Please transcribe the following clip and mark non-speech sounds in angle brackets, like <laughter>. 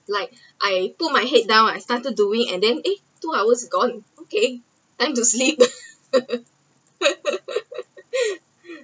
like I put my head down I started doing and then eh two hours gone okay time to sleep <laughs>